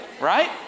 right